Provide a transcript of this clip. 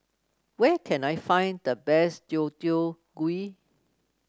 where can I find the best Deodeok Gui